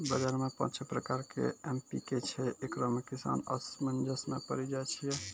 बाजार मे पाँच छह प्रकार के एम.पी.के छैय, इकरो मे किसान असमंजस मे पड़ी जाय छैय?